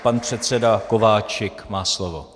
Pan předseda Kováčik má slovo.